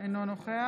אינו נוכח